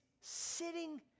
sitting